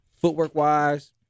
Footwork-wise